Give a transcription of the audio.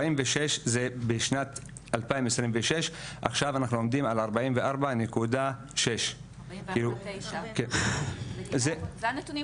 46 זה בשנת 2026. עכשיו אנחנו עומדים על 44.6. זה הנתון.